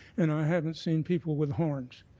and i haven't seen people with horns.